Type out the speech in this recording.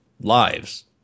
lives